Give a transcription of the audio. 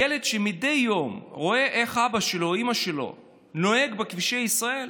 ילד שמדי יום רואה איך אבא שלו או אימא שלו נוהגים בכבישי ישראל,